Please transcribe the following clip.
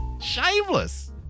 Shameless